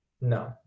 No